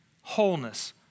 wholeness